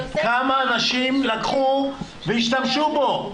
כמה אנשים לקחו והשתמשו בו?